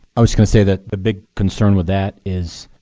i was going to say that the big concern with that is